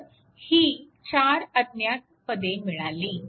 तर ही 4 अज्ञात पदे मिळाली